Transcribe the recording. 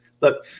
Look